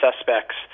suspects